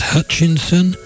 Hutchinson